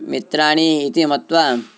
मित्राणि इति मत्वा